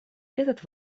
этот